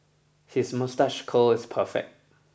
his moustache curl is perfect